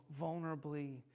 vulnerably